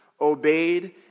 obeyed